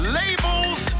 labels